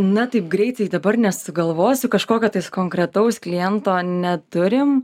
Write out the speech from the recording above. na taip greitai dabar nesugalvosiu kažkokio konkretaus kliento neturim